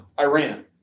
Iran